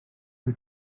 wyt